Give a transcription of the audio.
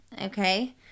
Okay